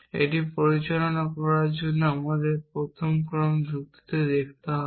এটি পরিচালনা করার জন্য আমাদের প্রথম ক্রম যুক্তিতে যেতে হবে